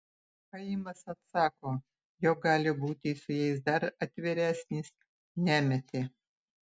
chaimas atsako jog gali būti su jais dar atviresnis nemetė